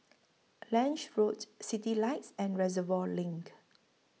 Lange Road Citylights and Reservoir LINK